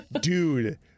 dude